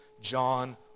John